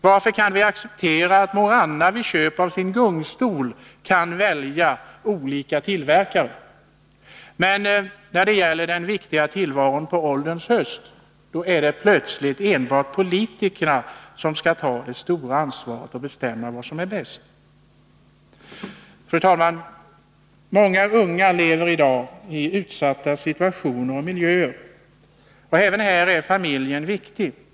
Varför kan vi acceptera att mor Anna vid köp av sin gungstol kan välja olika tillverkare, men när det gäller den viktiga tillvaron på ålderns höst, då är det plötsligt politikerna som skall ta ansvaret och bestämma vad som är bäst? Fru talman! Många unga lever i dag i utsatta situationer och miljöer. Även här är familjen viktig.